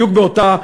בדיוק באותה,